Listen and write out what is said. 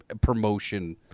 promotion